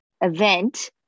event